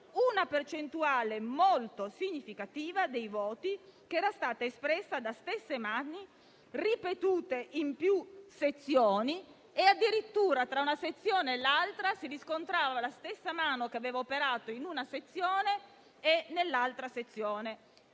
una percentuale molto significativa dei voti che era stata espressa da stesse mani, ripetute in più sezioni. Addirittura, tra una sezione e l'altra, si riscontrava la stessa mano che aveva operato in una sezione e nell'altra sezione.